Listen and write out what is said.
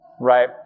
Right